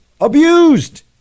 abused